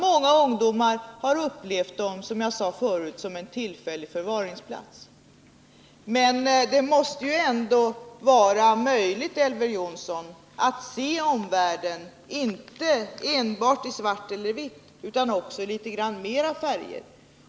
Många ungdomar har upplevt dem, som jag sade förut, som en tillfällig förvaringsplats. Det måste ändå vara möjligt, Elver Jonsson, att se omvärlden inte enbart i svart eller vitt utan i litet fler färger.